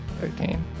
13